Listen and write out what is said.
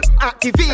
activate